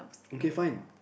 okay fine